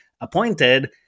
appointed